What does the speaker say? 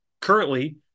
Currently